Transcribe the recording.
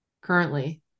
currently